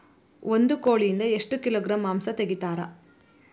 ಒಂದು ಕೋಳಿಯಿಂದ ಎಷ್ಟು ಕಿಲೋಗ್ರಾಂ ಮಾಂಸ ತೆಗಿತಾರ?